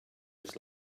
his